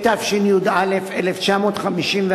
גילויים אלה קיימים,